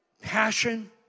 passion